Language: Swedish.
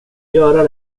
göra